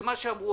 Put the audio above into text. את ההצעה,